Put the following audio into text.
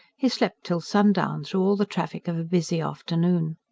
he slept till sundown, through all the traffic of a busy afternoon.